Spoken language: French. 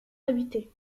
habité